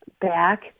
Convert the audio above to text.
back